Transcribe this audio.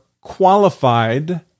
qualified